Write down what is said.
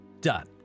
done